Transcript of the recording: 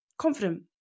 confident